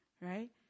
right